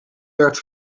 werd